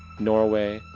norway,